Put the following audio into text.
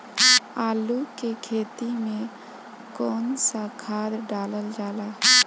आलू के खेती में कवन सा खाद डालल जाला?